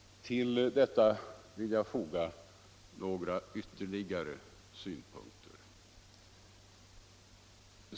Till detta vill jag foga några ytterligare synpunkter.